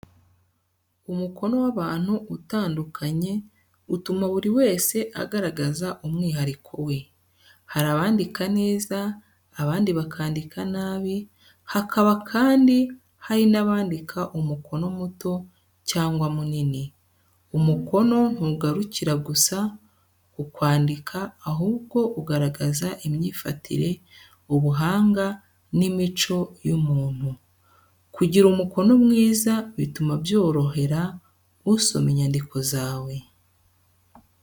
Umukono w’abantu utandukanye utuma buri wese agaragaza umwihariko we. Hari abandika neza, abandi bakandika nabi, hakaba kandi hari n’abandika umukono muto cyangwa munini. Umukono ntugarukira gusa ku kwandika, ahubwo ugaragaza imyifatire, ubuhanga n’imico y’umuntu. Kugira umukono mwiza, bituma byorohera usoma inyandiko zawe.